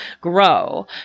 grow